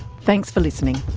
thanks for listening